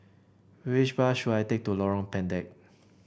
which bus should I take to Lorong Pendek